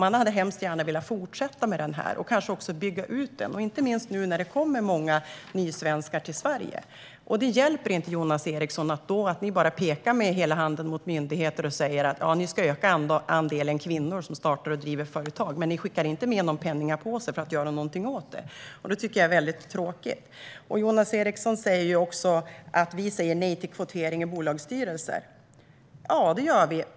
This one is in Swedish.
De hade gärna fortsatt med denna satsning och kanske bygga ut den, inte minst nu när det kommer många nysvenskar till Sverige. Det hjälper inte, Jonas Eriksson, att ni då bara pekar med hela handen mot myndigheter och säger att de ska öka andelen kvinnor som startar och driver företag. Och ni skickar inte med någon penningpåse för att göra någonting åt det. Det tycker jag är mycket tråkigt. Jonas Eriksson säger också att vi säger nej till kvotering av bolagsstyrelser. Ja, det gör vi.